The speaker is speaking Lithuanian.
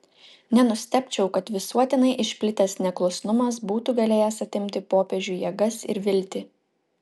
nenustebčiau kad visuotinai išplitęs neklusnumas būtų galėjęs atimti popiežiui jėgas ir viltį